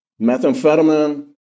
Methamphetamine